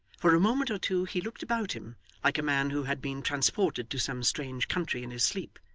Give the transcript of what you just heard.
for a moment or two he looked about him like a man who had been transported to some strange country in his sleep,